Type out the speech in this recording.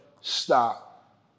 Stop